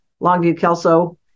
Longview-Kelso